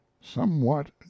somewhat